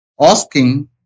asking